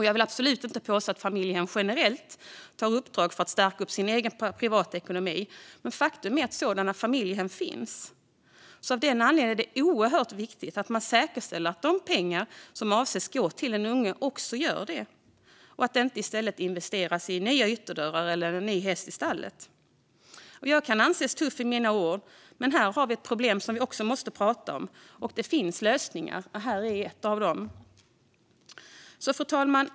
Jag vill absolut inte påstå att familjehem generellt tar uppdrag för att stärka sin privata ekonomi, men faktum är att sådana familjehem finns. Av den anledningen är det oerhört viktigt att man säkerställer att de pengar som avses gå till den unge också gör det och att det inte i stället investeras i nya ytterdörrar eller en ny häst i stallet. Jag kan anses tuff i mina ord, men här har vi ett problem som vi måste prata om. Det finns lösningar. Här är en av dem. Fru talman!